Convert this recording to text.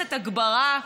במערכת הגברה,